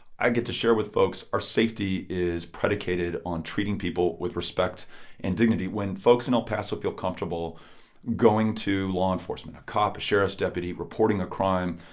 i get to share with folks our safety is predicated on treating people with respect and dignity. when folks in el paso feel comfortable going to law enforcement a cop, a sheriff's deputy reporting a crime,